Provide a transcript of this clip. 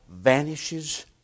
Vanishes